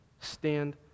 Stand